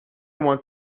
want